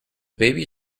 baby